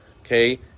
okay